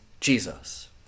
Jesus